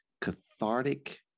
cathartic